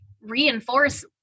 reinforce